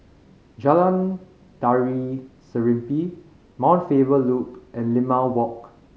Jalan Tari Serimpi Mount Faber Loop and Limau Walk